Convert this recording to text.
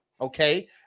Okay